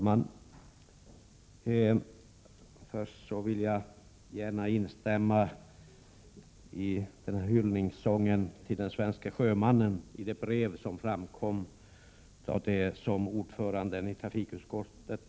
Herr talman! Först vill jag gärna instämma i den hyllningssång till den svenske sjömannen som framfördes i det brev som lästes upp av ordföranden i trafikutskottet.